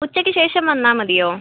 ഉച്ചക്ക് ശേഷം വന്നാല് മതിയോ